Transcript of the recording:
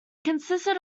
consisted